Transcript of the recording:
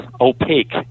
opaque